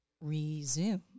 resume